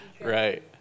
Right